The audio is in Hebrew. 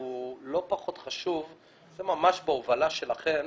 הוא לא פחות חשוב זה ממש בהובלה שלכן,